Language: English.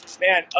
Man